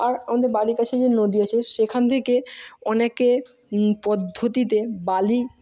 আর আমাদের বাড়ির পাশে যে নদী আছে সেখান থেকে অনেকে পদ্ধতিতে বালি